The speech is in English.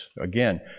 Again